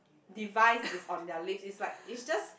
device is on their lips is like is just